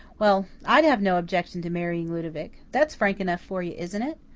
well, i'd have no objection to marrying ludovic. that's frank enough for you, isn't it?